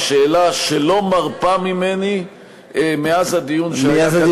לשאלה שלא מרפה ממני מאז הדיון שהיה כאן ביום שני האחרון.